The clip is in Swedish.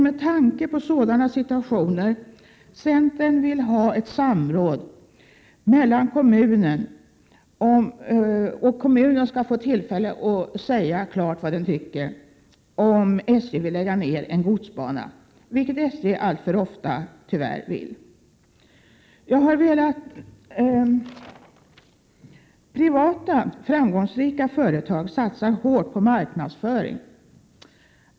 Med tanke på sådana situationer vill centern att samråd skall ske mellan kommunerna, så att kommunerna klart får säga ifrån vad de tycker om att SJ vill lägga ner en godsbana, vilket SJ tyvärr alltför ofta vill. Privata framgångsrika företag satsar hårt på marknadsföring.